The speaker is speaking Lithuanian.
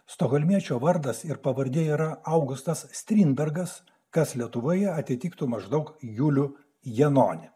stokholmiečio vardas ir pavardė yra augustas strindbergas kas lietuvoje atitiktų maždaug julių janonį